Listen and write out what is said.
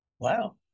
Wow